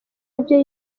ibyo